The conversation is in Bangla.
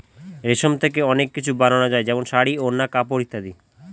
রেশম থেকে অনেক কিছু বানানো যায় যেমন শাড়ী, ওড়না, কাপড় ইত্যাদি